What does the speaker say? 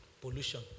Pollution